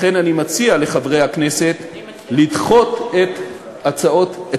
לכן אני מציע לחברי הכנסת לדחות את כל